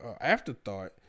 afterthought